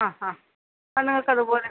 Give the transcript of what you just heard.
ആ ആ അത് നിങ്ങൾക്കതു പോലെ